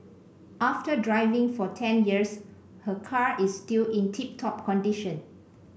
after driving for ten years her car is still in tip top condition